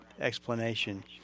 explanation